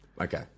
Okay